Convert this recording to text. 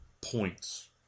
points